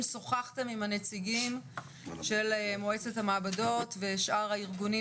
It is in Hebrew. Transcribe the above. שוחחתם עם הנציגים של מועצת המעבדות ושאר הארגונים